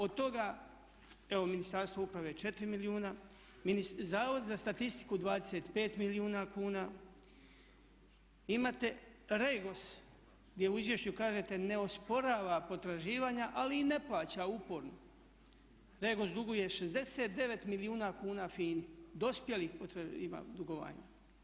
Od toga evo Ministarstvo uprave 4 milijuna, Zavod za statistiku 25 milijuna kuna, imate REGOS gdje u izvješću kažete ne osporava potraživanja, ali i ne plaća uporno nego duguje 69 milijuna kuna FINA-i dospjelih ima dugovanja.